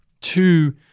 Two